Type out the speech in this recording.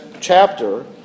chapter